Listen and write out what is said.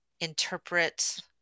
interpret